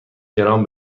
درام